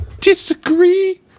Disagree